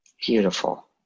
Beautiful